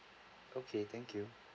okay thank you